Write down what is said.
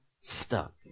stuck